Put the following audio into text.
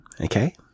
okay